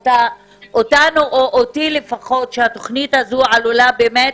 אותנו או אותי לפחות שהתוכנית הזאת עלולה באמת